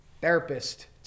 therapist